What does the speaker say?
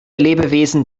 lebewesen